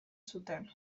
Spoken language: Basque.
zuten